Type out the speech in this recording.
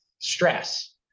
stress